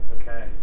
Okay